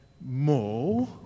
more